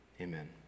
amen